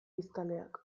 biztanleak